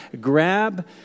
grab